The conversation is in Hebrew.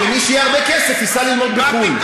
ומי שיהיה לו הרבה כסף, שייסע ללמוד בחו"ל.